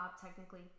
technically